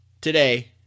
today